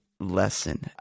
lesson